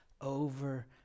over